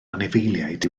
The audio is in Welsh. anifeiliaid